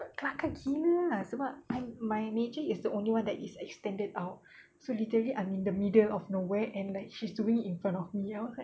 kelakar gila ah sebab I my meja is the only one that is extended out so literally I'm in the middle of nowhere and like she's doing it in front of me I was like